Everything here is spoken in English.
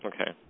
Okay